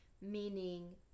meaning